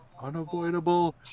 unavoidable